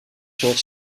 soort